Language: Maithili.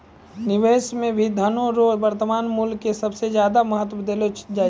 निवेश मे भी धनो रो वर्तमान मूल्य के सबसे ज्यादा महत्व देलो जाय छै